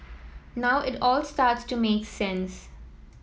now it all starts to make sense